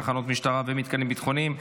תחנות משטרה ומתקנים ביטחוניים),